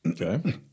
Okay